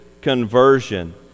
conversion